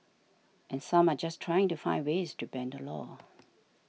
and some are just trying to find ways to bend the law